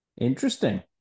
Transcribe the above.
interesting